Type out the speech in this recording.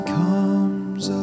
comes